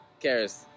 Karis